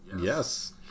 yes